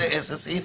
איזה סעיף?